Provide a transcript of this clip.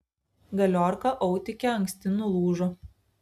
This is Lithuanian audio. galiorka autike anksti nulūžo